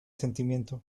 sentimiento